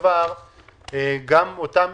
גם אותם